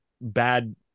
bad